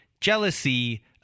jealousy